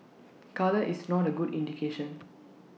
colour is not A good indication